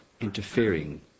interfering